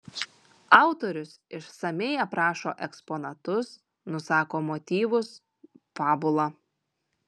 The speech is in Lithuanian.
autorius išsamiai aprašo eksponatus nusako motyvus fabulą